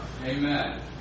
Amen